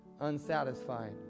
unsatisfied